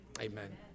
Amen